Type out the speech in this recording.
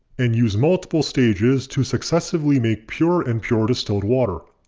and use multiple stages to successively make purer and purer distilled water.